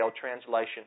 translation